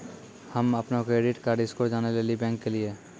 हम्म अपनो credit card score जानै लेली बैंक गेलियै